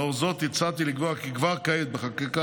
לאור זאת הצעתי לקבוע כי כבר כעת בחקיקה